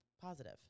positive